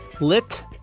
Lit